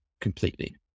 completely